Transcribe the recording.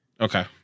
Okay